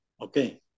okay